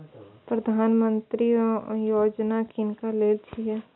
प्रधानमंत्री यौजना किनका लेल छिए?